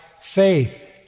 faith